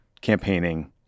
campaigning